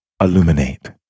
illuminate